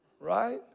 right